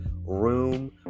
room